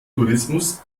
tourismus